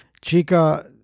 Chica